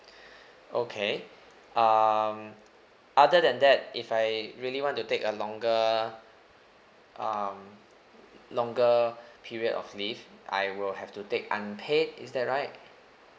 okay um other than that if I really want to take a longer um longer period of leave if I will have to take unpaid is that right